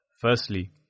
Firstly